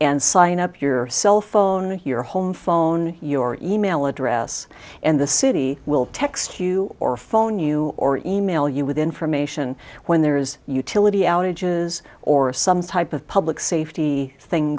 and sign up your cell phone your home phone your e mail address and the city will text you or phone you or e mail you with information when there is utility outages or some type of public safety thing